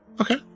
Okay